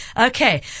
okay